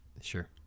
Sure